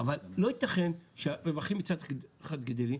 אבל לא ייתכן שהרווחים מצד אחד גדלים,